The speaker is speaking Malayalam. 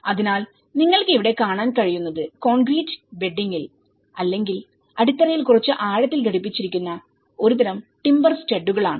അതിനാൽ നിങ്ങൾക്ക് ഇവിടെ കാണാൻ കഴിയുന്നത് കോൺക്രീറ്റ് ബെഡ്ഡിംഗിൽഅല്ലെങ്കിൽ അടിത്തറയിൽ കുറച്ച് ആഴത്തിൽ ഘടിപ്പിച്ചിരിക്കുന്ന ഒരുതരം ടിമ്പർ സ്റ്റഡുകളാണ്